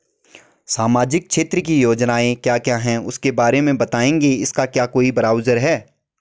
सामाजिक क्षेत्र की योजनाएँ क्या क्या हैं उसके बारे में बताएँगे इसका क्या कोई ब्राउज़र है?